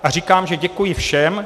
A říkám, že děkuji všem.